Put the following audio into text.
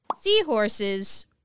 Seahorses